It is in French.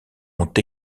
ont